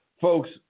Folks